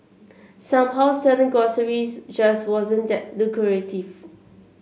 somehow selling groceries just wasn't that lucrative